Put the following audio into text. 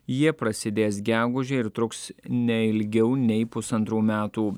jie prasidės gegužę ir truks ne ilgiau nei pusantrų metų